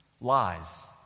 lies